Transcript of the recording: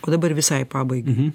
o dabar visai pabaigai